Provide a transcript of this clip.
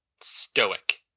stoic